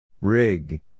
Rig